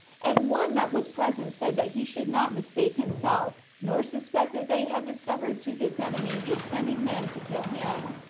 and one that was present said that he should not mistake himself, nor suspect that they had discovered to his enemy his sending men to kill him,